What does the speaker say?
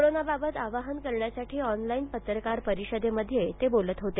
कोरोनाबाबत आवाहन करण्यासाठी ऑनलाइन पत्रकार परिषदेत ते बोलत होते